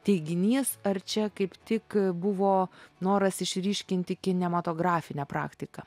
teiginys ar čia kaip tik buvo noras išryškinti kinematografinę praktiką